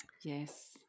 Yes